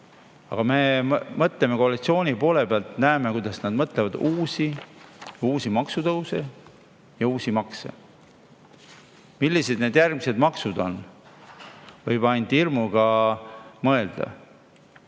kui me mõtleme koalitsiooni poole pealt, siis me näeme, kuidas nad mõtlevad: uusi maksutõuse ja uusi makse. Millised need järgmised maksud on? Võib ainult hirmuga mõelda.